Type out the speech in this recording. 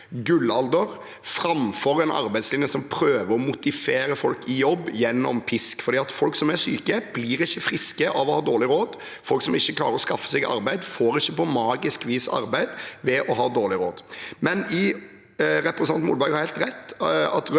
gullalder – framfor en arbeidslinje som prøver å motivere folk i jobb gjennom pisk. Folk som er syke, blir ikke friske av å ha dårlig råd. Folk som ikke klarer å skaffe seg arbeid, får ikke på magisk vis arbeid ved å ha dårlig råd. Representanten Molberg har helt rett